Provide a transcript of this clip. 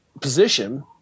position